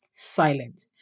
silent